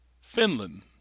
Finland